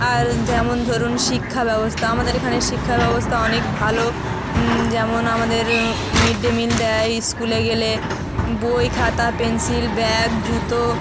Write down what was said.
আর যেমন ধরুন শিক্ষা ব্যবস্থা আমাদের এখানে শিক্ষা ব্যবস্থা অনেক ভালো যেমন আমাদের মিড ডে মিল দেয় স্কুলে গেলে বই খাতা পেনসিল ব্যাগ জুতো